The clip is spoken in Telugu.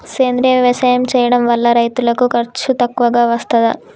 సేంద్రీయ వ్యవసాయం చేయడం వల్ల రైతులకు ఖర్చు తక్కువగా వస్తదా?